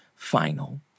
final